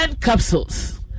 capsules